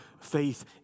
faith